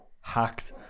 hacked